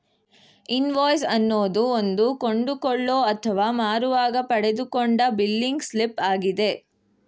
invoice ಅನ್ನೋದು ಒಂದು ಕೊಂಡುಕೊಳ್ಳೋ ಅಥವಾ ಮಾರುವಾಗ ಪಡೆದುಕೊಂಡ ಬಿಲ್ಲಿಂಗ್ ಸ್ಲಿಪ್ ಆಗಿದೆ